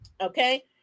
Okay